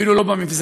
אפילו לא במבזקים.